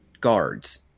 guards